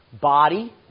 body